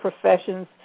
professions